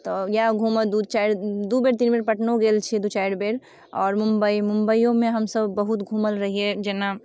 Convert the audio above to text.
तऽ इएह घुमऽ दुइ चारि दुइबेर तीनबेर पटनो गेल छिए दुइ चारिबेर आओर मुम्बइ मुम्बइओमे हमसब बहुत घुमल रहिए जेना